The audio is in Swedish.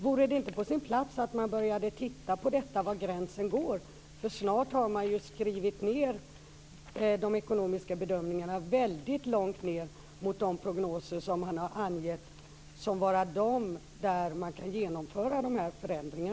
Vore det inte på sin plats att man började titta på var gränsen går? Snart har man skrivit ned de ekonomiska bedömningarna väldigt långt jämfört med de prognoser som man angett som grund för att kunna genomföra dessa förändringar.